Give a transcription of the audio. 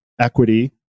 equity